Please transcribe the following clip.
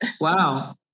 Wow